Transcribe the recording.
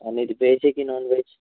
आणि व्हेजे आहे की नान वेज